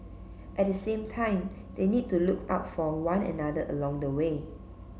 at the same time they need to look out for one another along the way